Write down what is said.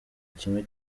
kimwe